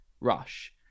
rush